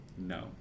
No